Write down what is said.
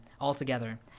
altogether